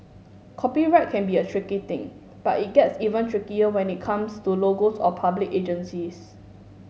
copyright can be a tricky thing but it gets even trickier when it comes to logos of public agencies